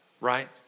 Right